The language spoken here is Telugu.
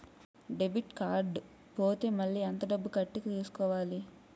డెబిట్ కార్డ్ పోతే మళ్ళీ ఎంత డబ్బు కట్టి తీసుకోవాలి?